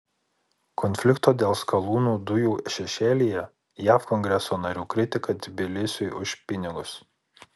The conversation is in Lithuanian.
konflikto dėl skalūnų dujų šešėlyje jav kongreso narių kritika tbilisiui už pinigus